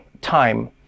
Time